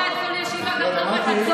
תלחש, תלחש,